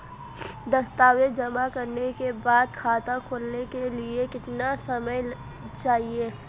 दस्तावेज़ जमा करने के बाद खाता खोलने के लिए कितना समय चाहिए?